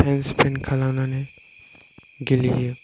time spend खालामनानै गेलेयो